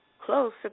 Close